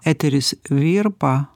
eteris virpa